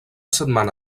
setmana